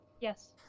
Yes